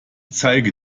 zeige